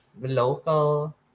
local